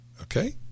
Okay